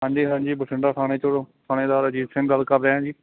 ਹਾਂਜੀ ਹਾਂਜੀ ਬਠਿੰਡਾ ਥਾਣੇ 'ਚੋਂ ਥਾਣੇਦਾਰ ਅਜੀਤ ਸਿੰਘ ਗੱਲ ਕਰ ਰਿਹਾ ਜੀ